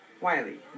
Wiley